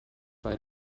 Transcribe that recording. bei